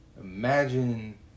Imagine